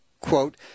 quote